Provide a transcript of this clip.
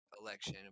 Election